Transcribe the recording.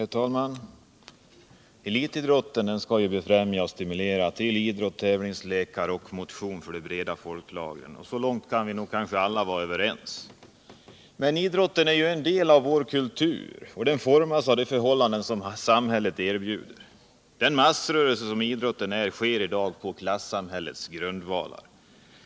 Herr talman! Elitidrott skall befrämja och stimulera till idrott, tävlingslekar och motion för de breda folklagren. Så långt kan nog alla vara överens. Men idrotten är en del av vår kultur, och den formas av de förhållanden som samhället erbjuder. Den massrörelse som idrotten är står i dag på klassamhällets grundval.